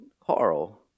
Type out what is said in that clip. Carl